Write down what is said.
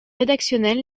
rédactionnel